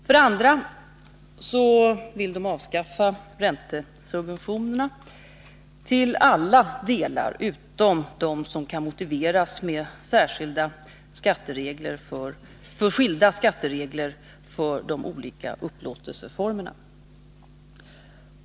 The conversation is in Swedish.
För det andra vill moderaterna avskaffa räntesubventionerna till alla delar utom de som kan motiveras med att skilda skatteregler gäller för de olika upplåtelseformerna.